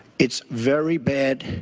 it's very bad,